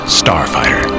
starfighter